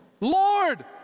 Lord